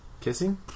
Kissing